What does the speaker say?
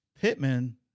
Pittman